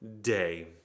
day